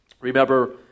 remember